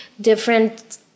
different